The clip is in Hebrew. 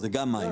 זה גם מים.